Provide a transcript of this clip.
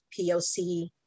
POC